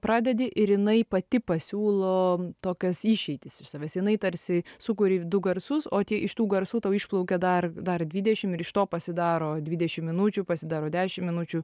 pradedi ir jinai pati pasiūlo tokias išeitis iš savęs jinai tarsi sukuri du garsus o tie iš tų garsų tau išplaukė dar dar dvidešim ir iš to pasidaro dvidešim minučių pasidaro dešim minučių